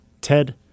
Ted